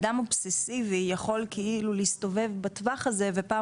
אדם אובססיבי יכול כאילו להסתובב בטווח הזה ופעם